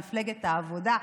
מפלגת העבודה,